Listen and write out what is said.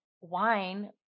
wine